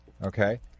Okay